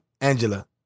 Angela